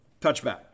touchback